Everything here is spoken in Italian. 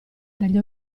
dagli